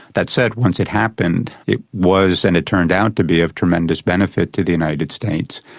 that said, once it happened it was and it turned out to be of tremendous benefit to the united states,